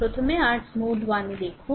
প্রথমে r node 1 এ দেখুন